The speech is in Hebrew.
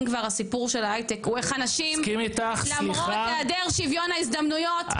אם כבר הסיפור של ההייטק הוא איך אנשים למרות היעדר שוויון ההזדמנויות,